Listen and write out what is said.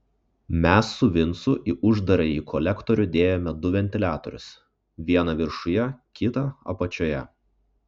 mes su vincu į uždarąjį kolektorių dėjome du ventiliatorius vieną viršuje kitą apačioje